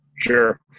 Sure